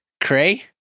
Cray